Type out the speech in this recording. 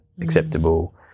acceptable